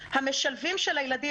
המשלבים של הילדים,